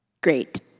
great